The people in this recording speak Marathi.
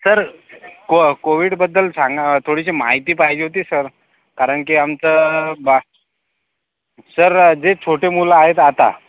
सर को कोविडबद्दल सांगा थोडीशी माहिती पाहिजे होती सर कारण की आमचा बा सर जे छोटे मुलं आहेत आता